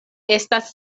estas